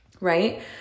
right